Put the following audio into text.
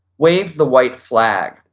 wave the white flag.